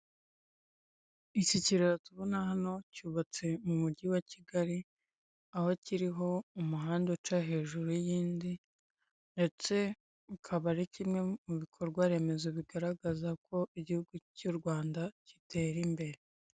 Aya matara tubona ku muhanda ni afasha abanyamaguru kumenya igihe gikwiye cyo kwambuka bigatuma n'abatwaye ibinyabiziga bahagarara, bakareka abantu bakabanza bagatambuka nabo bakabona kugenda, ndetse akaba ari uburyo bwo kwirinda akavuyo n'impanuka zo mu muhanda.